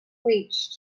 bleached